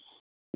হুম